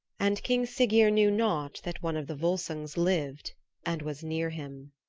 and king siggeir knew not that one of the volsungs lived and was near him.